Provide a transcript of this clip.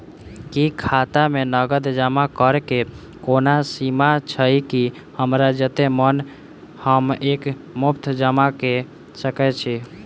की खाता मे नगद जमा करऽ कऽ कोनो सीमा छई, की हमरा जत्ते मन हम एक मुस्त जमा कऽ सकय छी?